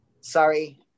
Sorry